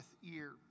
year